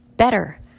better